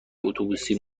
اتوبوسی